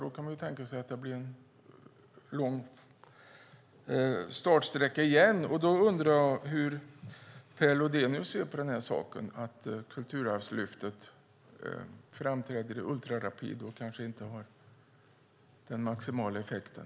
Då kan man ju tänka sig att det blir en lång startsträcka igen. Jag undrar hur Per Lodenius ser på att Kulturarvslyftet framskrider i ultrarapid och kanske inte får den maximala effekten.